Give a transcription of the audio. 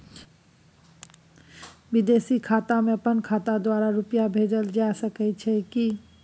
विदेशी खाता में अपन खाता द्वारा रुपिया भेजल जे सके छै की?